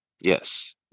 yes